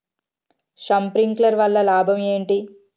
Sprinkler వల్ల లాభం ఏంటి?